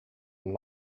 them